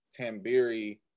Tambiri